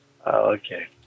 Okay